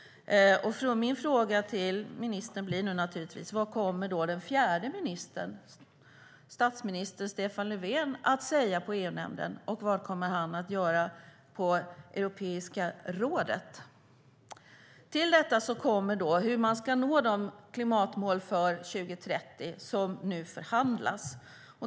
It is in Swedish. Min fråga till ministern blir naturligtvis: Vad kommer den fjärde ministern, statsminister Stefan Löfven, att säga på EU-nämnden, och vad kommer han att göra på Europeiska rådet? Till detta kommer frågan om hur man ska nå de klimatmål för 2030 som nu förhandlas.